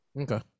Okay